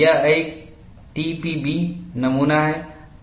यह एक टीपीबी नमूना है